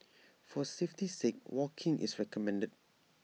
for safety's sake walking is recommended